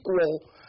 equal